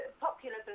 popular